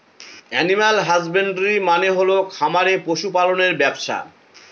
animal husbandry মানে হল খামারে পশু পালনের ব্যবসা